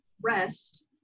rest